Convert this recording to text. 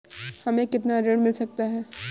हमें कितना ऋण मिल सकता है?